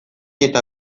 eta